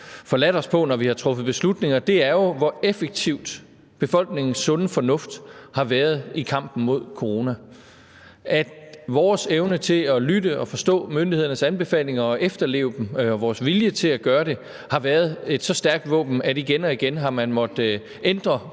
forladt os på, når vi har truffet beslutninger, nemlig hvor effektiv befolkningens sunde fornuft har været i kampen mod corona. Vores evne til at lytte til og forstå myndighedernes anbefalinger og efterleve dem og vores vilje til at gøre det har været et så stærkt våben, at man igen og igen har måttet ændre